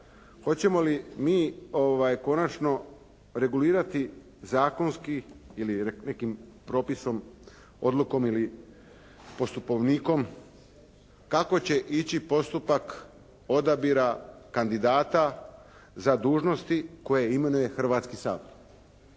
Hoćemo li mi konačno regulirati zakonski ili nekim propisom, odlukom ili postupovnikom kako će ići postupak odabira kandidata za dužnosti koje imenuje Hrvatski sabor?